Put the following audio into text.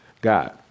God